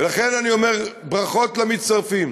ולכן אני אומר: ברכות למצטרפים,